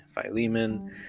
Philemon